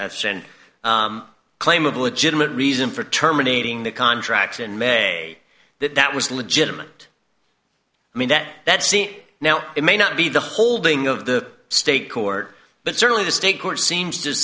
and claim of a legitimate reason for terminating the contract in may that that was legitimate i mean that that scene now it may not be the holding of the state court but certainly the state court seems to